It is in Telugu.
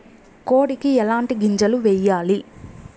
కోడికి ఎట్లాంటి గింజలు వేయాలి?